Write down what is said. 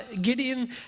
Gideon